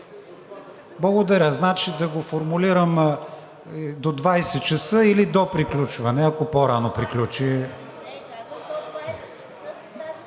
Благодаря. Значи, да го формулирам до 20,00 ч. или до приключване, ако по-рано приключи.